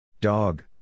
Dog